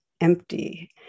empty